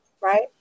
right